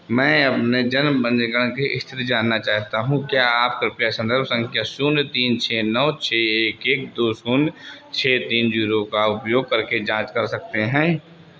मैं अपने जन्म पंजीकरण की स्थिति जानना चाहता हूँ क्या आप कृपया संदर्भ संख्या शून्य तीन छः नौ छः एक एक दो शून्य छः तीन शून्य का उपयोग करके जांच कर सकते हैं